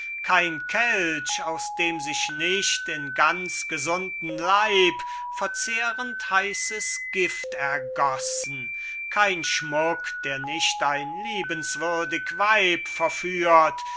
kein kelch aus dem sich nicht in ganz gesunden leib verzehrend heißes gift ergossen kein schmuck der nicht ein liebenswürdig weib verführt